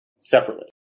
separately